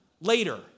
later